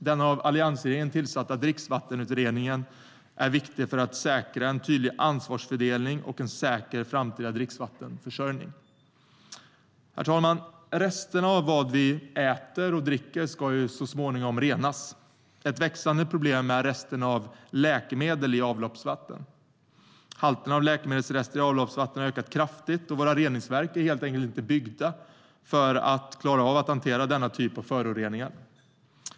Den av alliansregeringen tillsatta Dricksvattenutredningen är viktig för att säkra en tydlig ansvarsfördelning och en säker framtida dricksvattenförsörjning. Herr talman! Resterna av vad vi äter och dricker ska ju så småningom renas. Ett växande problem är rester av läkemedel i avloppsvattnet. Halterna av läkemedelsrester i avloppsvattnet har ökat kraftigt, och våra reningsverk är helt enkelt inte byggda för att klara av att hantera denna typ av föroreningar.